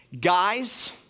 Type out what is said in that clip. guys